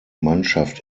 mannschaft